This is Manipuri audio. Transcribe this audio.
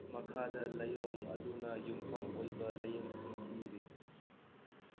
ꯃꯈꯥꯗ ꯂꯥꯏꯌꯣꯡ ꯑꯗꯨꯅ ꯌꯨꯝꯐꯝ ꯑꯣꯏꯕ ꯂꯥꯏꯌꯦꯡꯁꯤꯡ ꯄꯤꯔꯤ